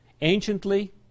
anciently